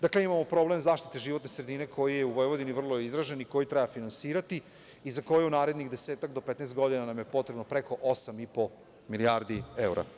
Dakle, imamo problem zaštite životne sredine koji je u Vojvodini vrlo izražen i koji treba finansirati i za koji u narednih 10-15 godina nam je potrebno preko osam i po milijardi evra.